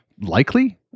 Likely